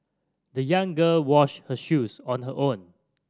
the young girl washed her shoes on her own